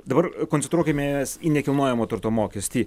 dabar koncentruokimės į nekilnojamojo turto mokestį